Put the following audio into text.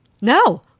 no